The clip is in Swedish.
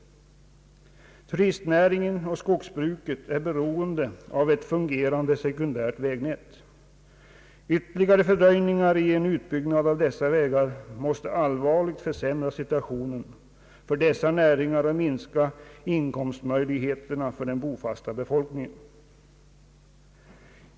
Turistnäringen och skogsbruket är beroende av ett fungerande sekundärt vägnät. Ytterligare fördröjningar i en utbyggnad av dessa vägar måste allvarligt försämra situationen för dessa näringar och minska inkomstmöjligheterna för den bofasta befolkningen.